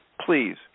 please